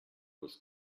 was